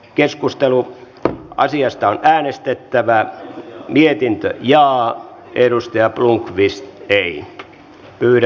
thomas blomqvist on mikaela nylanderin kannattamana ehdottanut että pykälä poistetaan